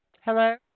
Hello